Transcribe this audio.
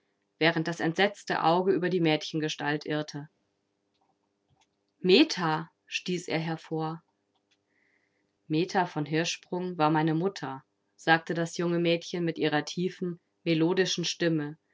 während das entsetzte auge über die mädchengestalt irrte meta stieß er hervor meta von hirschsprung war meine mutter sagte das junge mädchen mit ihrer tiefen melodischen stimme